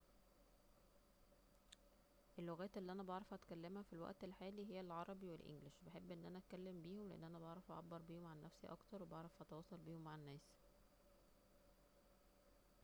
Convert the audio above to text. اللغات اللي انا بعرف اتكلمها في الوقت الحالي هي العربي والانجلش بحب أن انا اتكلم بيهم لان انا بعرف اعبر بيهم عن نفسي اكتر وبعرف اتواصل مع الناس